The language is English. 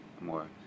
more